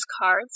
cards